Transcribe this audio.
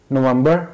November